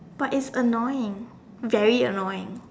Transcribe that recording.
but it's annoying very annoying